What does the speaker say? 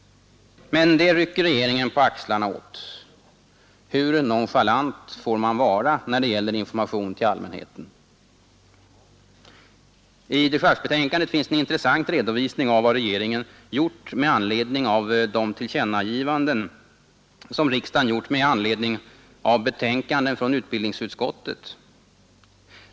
Men det rycker regeringen på axlarna åt. Hur nonchalant får man vara när det gäller information till allmänheten? I dechargebetänkandet finns en intressant redovisning av vad regeringen gjort med anledning av de tillkännagivanden som riksdagen gjort på basis av betänkanden från utbildningsutskottet.